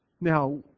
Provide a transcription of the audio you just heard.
Now